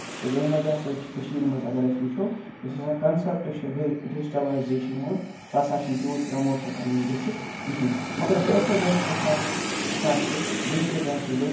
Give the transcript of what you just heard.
تہٕ تٔمۍ وجہہ سۭتۍ چھِ کٔشیٖر منٛز اَگر أسۍ وُچھو یُس ہسا کَنسٮ۪پٹ چھُ ڈِجٹِلٮ۪زیٖشنہِ ہُند سُہ سا چھُنہٕ توٗت پرموٹ ہٮ۪کان گژھِتھ کِہیٖنۍ مَگر دۄہ کھۄتہٕ دۄہ ہسا ہسا چھُ جے کے بٮ۪نک تہِ ؤنۍ